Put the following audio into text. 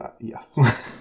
yes